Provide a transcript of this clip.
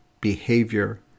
behavior